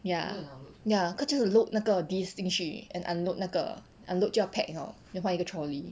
ya ya 它就是 load 那个 disc 进去 and unload 那个 unload 就要 pack hor then 换一个 trolley